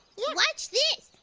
yeah watch this.